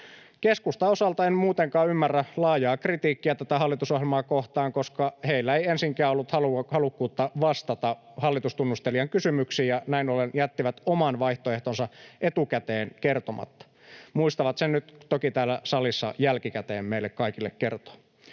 Keskustan osalta en muutenkaan ymmärrä laajaa kritiikkiä tätä hallitusohjelmaa kohtaan, koska heillä ei ensinkään ollut halukkuutta vastata hallitustunnustelijan kysymyksiin ja näin ollen jättivät oman vaihtoehtonsa etukäteen kertomatta — muistavat sen nyt toki täällä salissa jälkikäteen meille kaikille kertoa.